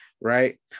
right